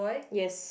yes